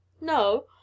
No